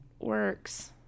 works